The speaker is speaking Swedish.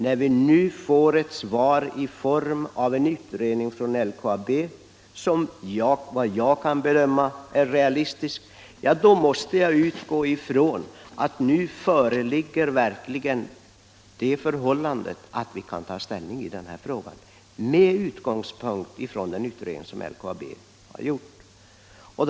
När vi nu får gensvar i form av en utredning från LKAB som, vad jag kan bedöma, är realistisk, då måste jag utgå från att nu verkligen föreligger sådana fakta att vi med utgångspunkt i den utredning LKAB gjort kan ta ställning i den här frågan.